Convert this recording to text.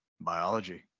biology